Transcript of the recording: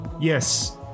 yes